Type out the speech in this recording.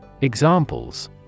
Examples